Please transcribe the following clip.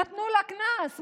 נתנו לה קנס,